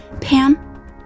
Pam